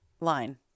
line